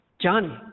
Johnny